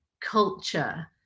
culture